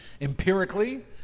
empirically